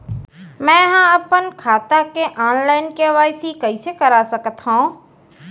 मैं अपन खाता के ऑनलाइन के.वाई.सी कइसे करा सकत हव?